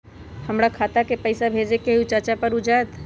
हमरा खाता के पईसा भेजेए के हई चाचा पर ऊ जाएत?